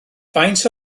faint